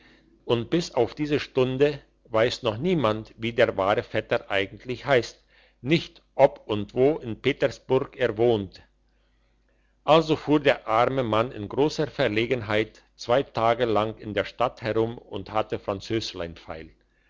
und bis auf diese stunde weiss noch niemand wie der wahre vetter eigentlich heisst nicht ob und wo in petersburg er wohnt also fuhr der arme mann in grosser verlegenheit zwei tage lang in der stadt herum und hatte französlein feil